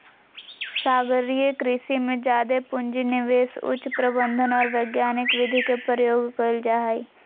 सागरीय कृषि में जादे पूँजी, निवेश, उच्च प्रबंधन और वैज्ञानिक विधि के प्रयोग कइल जा हइ